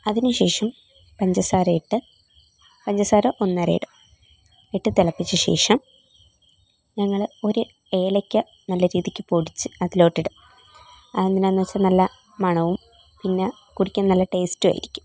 അതിനുശേഷം പഞ്ചസാരയിട്ട് പഞ്ചസാര ഒന്നര ഇടും ഇട്ടു തിളപ്പിച്ച ശേഷം ഞങ്ങൾ ഒരു ഏലയ്ക്ക നല്ല രീതിയ്ക്ക് പൊടിച്ച് അതിലോട്ടിടും അത് എന്തിനാണെന്നു വെച്ചാൽ നല്ല മണവും പിന്നെ കുടിക്കാൻ നല്ല ടേസ്റ്റും ആയിരിക്കും